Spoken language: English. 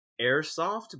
airsoft